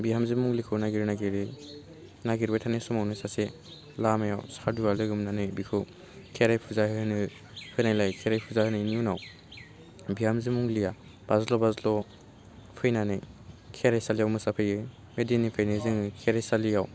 बिहामजो मंग्लिखौ नागिर नागिरै नागिरबाय थानाय समावनो सासे लामायाव सादुआ लोगो मोन्नानै बेखौ खेराइ फुजा होनो होन्नायलाय खेराइ फुजा होन्नायनि उनाव बिहामजो मंग्लिया बाज्ल' बाज्ल' फैनानै खेराइसालियाव मोसाफैयो बे दिननिफ्राइनो जोङो खेराइसालियाव